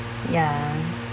ya